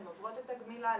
הן עוברות את הגמילה,